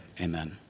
amen